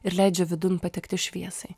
ir leidžia vidun patekti šviesai